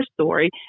story